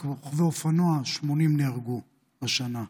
רק רוכבי אופנוע, 80 נהרגו השנה.